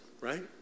right